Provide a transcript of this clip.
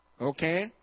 Okay